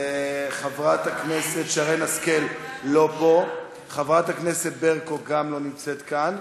חברת הכנסת שרן השכל לא נמצאת פה.